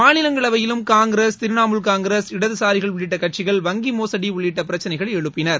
மாநிலங்களவையிலும் காங்கிரஸ் திரிணாமுல் காங்கிரஸ் இடதுசாரிகள் உள்ளிட்ட கட்சிகள் வங்கி மோசடி உள்ளிட்ட பிரச்சினைகளை எழுப்பினர்